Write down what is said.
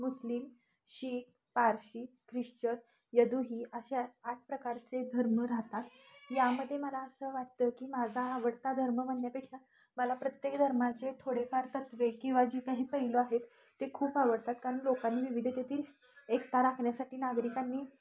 मुस्लिम शीख पार्शी ख्रिश्चन यहुदी अशा आठ प्रकारचे धर्म राहतात यामध्ये मला असं वाटतं की माझा आवडता धर्म म्हणण्यापेक्षा मला प्रत्येक धर्माचे थोडेफार तत्त्वे किंवा जी काही पैलु आहेत ते खूप आवडतात कारण लोकांनी विविधतेतील एकता राखण्यासाठी नागरिकांनी